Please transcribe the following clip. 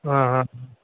ஆ ஆ ம்